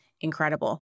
incredible